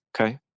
okay